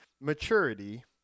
maturity